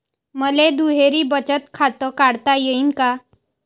मले दुहेरी बचत खातं काढता येईन का?